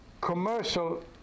commercial